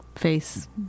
face